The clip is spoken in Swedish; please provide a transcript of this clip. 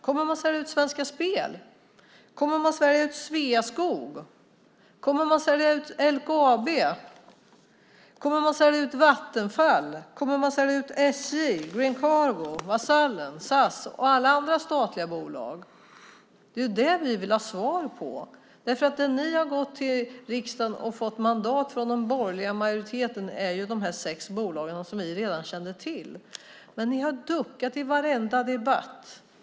Kommer man att sälja ut Svenska Spel? Kommer man att sälja ut Sveaskog? Kommer man att sälja ut LKAB? Kommer man att sälja ut Vattenfall? Kommer man att sälja ut SJ, Green Cargo, Vasallen, SAS och alla andra statliga bolag? Det är det som vi vill ha svar på, därför att det som ni har fått mandat från den borgerliga majoriteten i riksdagen för är de sex bolag som vi redan kände till. Men ni har duckat i varenda debatt.